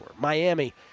Miami